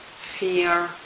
fear